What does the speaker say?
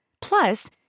Plus